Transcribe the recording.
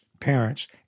parents